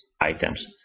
items